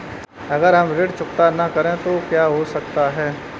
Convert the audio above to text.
अगर हम ऋण चुकता न करें तो क्या हो सकता है?